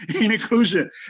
Inclusion